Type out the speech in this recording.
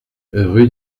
rue